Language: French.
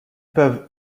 peuvent